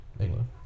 England